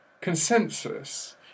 consensus